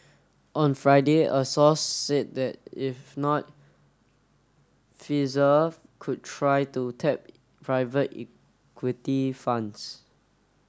on Friday a source said that if not Pfizer could try to tap private equity funds